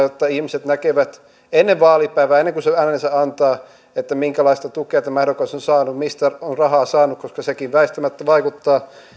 jotta ihmiset näkevät ennen vaalipäivää ennen kuin sen äänensä antaa minkälaista tukea tämä ehdokas on saanut mistä on rahaa saanut koska sekin väistämättä vaikuttaa